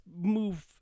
move